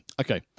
Okay